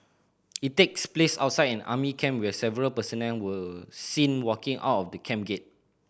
it takes place outside an army camp where several personnel were seen walking out the camping